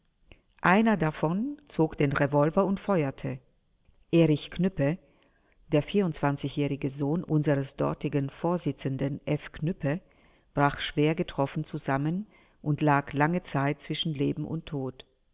einer davon zog den revolver und feuerte erich knüppe der jährige sohn unseres dortigen vorsitzenden f knüppe brach schwer getroffen zusammen und lag lange zeit zwischen leben und tod